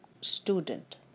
student